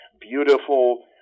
beautiful